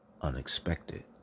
unexpected